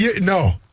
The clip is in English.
No